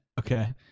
okay